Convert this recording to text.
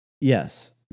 Yes